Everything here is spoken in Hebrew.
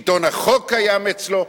שלטון החוק קיים אצלו.